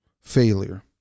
failure